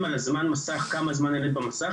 על זמן מסך כמה זמן הילד נמצא מול המסך,